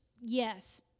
yes